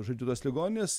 žodžiu tos ligoninės